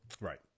Right